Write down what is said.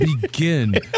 begin